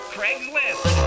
Craigslist